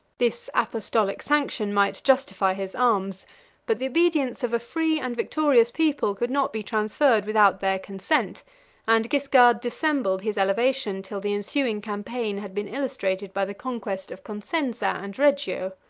this apostolic sanction might justify his arms but the obedience of a free and victorious people could not be transferred without their consent and guiscard dissembled his elevation till the ensuing campaign had been illustrated by the conquest of consenza and reggio.